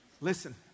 Listen